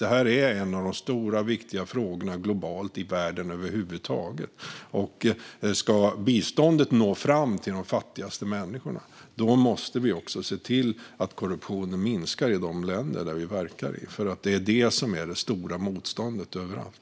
Det här är en av de stora och viktiga frågorna i världen över huvud taget, och ska biståndet nå fram till de fattigaste människorna måste vi också se till att korruptionen minskar i de länder där vi verkar. Det är det som är det stora motståndet överallt.